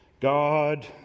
God